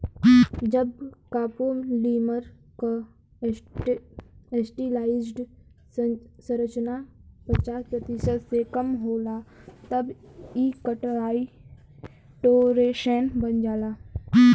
जब कॉपोलीमर क एसिटिलाइज्ड संरचना पचास प्रतिशत से कम होला तब इ काइटोसैन बन जाला